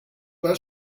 باید